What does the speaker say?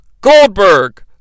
Goldberg